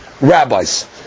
rabbis